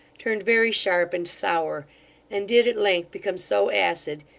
turned very sharp and sour and did at length become so acid,